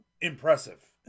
impressive